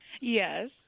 Yes